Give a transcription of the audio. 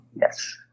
Yes